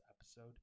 episode